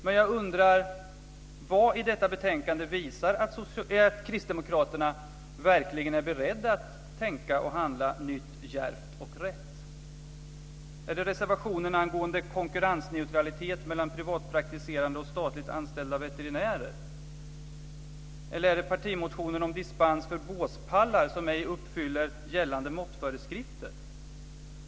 Men jag undrar: Vad i detta betänkande visar att kristdemokraterna verkligen är beredda att tänka och handla nytt, djärvt och rätt? Är det reservationen angående konkurrensneutralitet mellan privatpraktiserande och statligt anställda veterinärer? Är det partimotionen om dispens för båspallar som ej uppfyller gällande måttföreskrifter?